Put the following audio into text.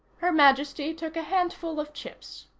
her majesty took a handful of chips.